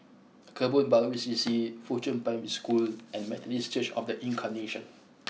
Kebun Baru C C Fuchun Primary School and Methodist Church of the Incarnation